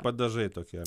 padažai tokie